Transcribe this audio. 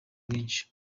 rwinshi